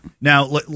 Now